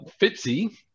Fitzy